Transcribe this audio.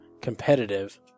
competitive